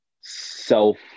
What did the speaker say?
self